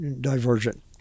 divergent